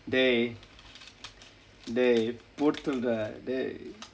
dey dey பொத்து:poththu dah dey